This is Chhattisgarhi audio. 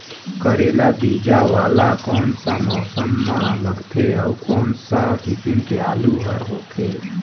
करेला बीजा वाला कोन सा मौसम म लगथे अउ कोन सा किसम के आलू हर होथे?